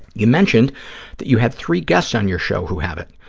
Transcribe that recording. you mentioned that you had three guests on your show who have it.